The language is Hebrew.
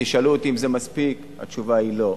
תשאלו אותי אם זה מספיק, התשובה היא לא.